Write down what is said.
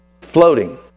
Floating